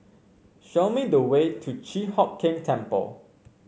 show me the way to Chi Hock Keng Temple